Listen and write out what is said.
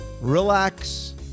relax